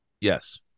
Yes